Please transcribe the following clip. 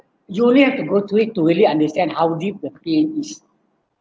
you only have to go through it to really understand how deep the pain is